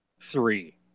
three